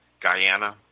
Guyana